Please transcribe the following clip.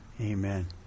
Amen